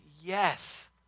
yes